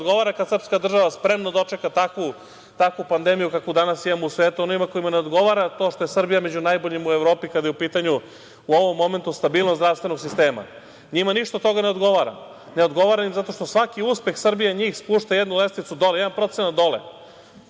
kad srpska država spremno dočeka takvu pandemiju kakvu danas imamo u svetu, onima kojima ne odgovara to što je Srbija među najboljima u Evropi, kada je u pitanju, u ovom momentu, stabilnost zdravstvenog sistema. Njima ništa od toga ne odgovara. Ne odgovara im, zato što svaki uspeh Srbije njih spušta jednu lestvicu dole, jedan procenat dole. Zato